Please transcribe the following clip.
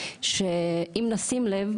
שאם נשים לב,